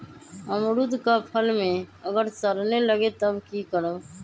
अमरुद क फल म अगर सरने लगे तब की करब?